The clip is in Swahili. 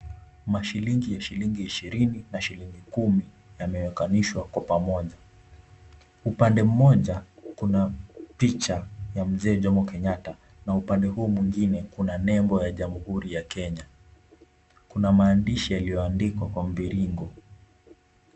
Mashilingi ya shilingi ishirini na shilingi kumi yamewekanishwa kwa pamoja. Upande mmoja kuna picha ya Mzee Jomo Kenyatta na upande huu mwingine kuna nembo ya jamhuri ya Kenya. Kuna maandishi yaliyoandikwa kwa mviringo.